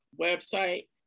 website